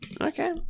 Okay